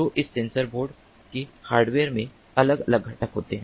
तो इस sensor board के हार्डवेयर में अलग अलग घटक होते हैं